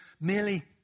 merely